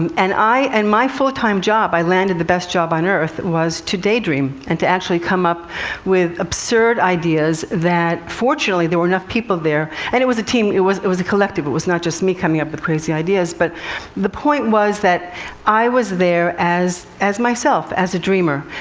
and and i and my full-time job, i landed the best job on earth, was to daydream, and to actually come up with absurd ideas that fortunately, there were enough people there, and it was a team, it was it was a collective, it was not just me coming up with crazy ideas. but the point was that i was there as as myself, as a dreamer.